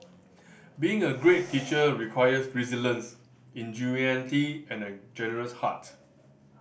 being a great teacher requires resilience ingenuity and a generous heart